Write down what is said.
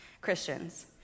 Christians